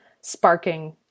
sparking